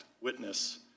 witness